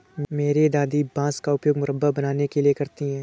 मेरी दादी बांस का उपयोग मुरब्बा बनाने के लिए करती हैं